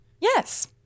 Yes